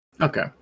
Okay